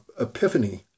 epiphany